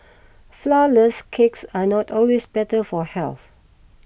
Flourless Cakes are not always better for health